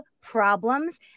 problems